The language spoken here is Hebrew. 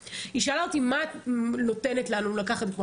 שאלו אותי, מה את נותנת לנו לקחת מפה?